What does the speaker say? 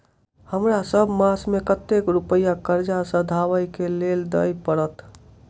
हमरा सब मास मे कतेक रुपया कर्जा सधाबई केँ लेल दइ पड़त?